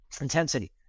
intensity